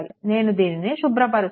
నేను దీనిని శుభ్రపరుస్తాను